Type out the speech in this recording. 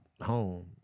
home